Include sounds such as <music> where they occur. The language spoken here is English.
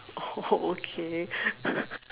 <laughs> okay <laughs>